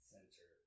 Center